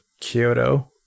Kyoto